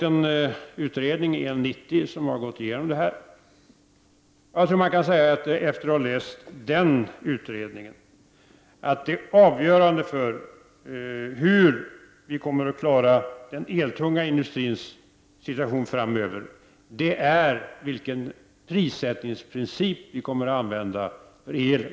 En utredning som har gått igenom detta har nyligen lagt fram sitt förslag. Efter att ha läst den utredningen tror jag att man kan säga att det avgörande för hur vi kommer att klara den elintensiva industrins situation framöver är vilken prissättningsprincip som vi kommer att använda för elen.